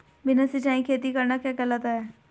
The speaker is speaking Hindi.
बिना सिंचाई खेती करना क्या कहलाता है?